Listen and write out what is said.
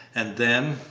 and then,